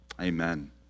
Amen